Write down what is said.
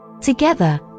Together